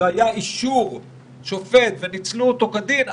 שהיה אישור שופט וניצלו אותו כדין,